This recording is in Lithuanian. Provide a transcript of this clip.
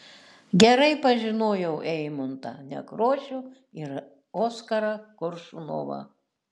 gerai pažinojau eimuntą nekrošių ir oskarą koršunovą